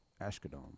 Ashkodom